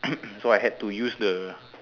so I had to use the